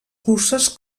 curses